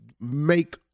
make